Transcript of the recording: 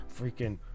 freaking